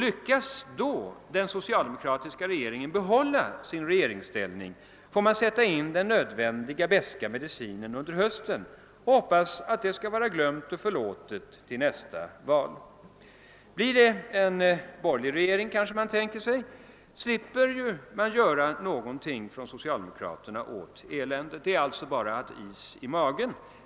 Lyckas då den socialdemokratiska regeringen behålla sin regeringsställning, får man sätta in den nödvändiga beska medicinen under hösten och hoppas att allt skall vara glömt och förlåtet till nästa val. Blir det i stället en borgerlig regering, slipper ju socialdemokraterna göra någonting åt eländet. Detta är inte bära att ha is i magen.